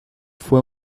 fue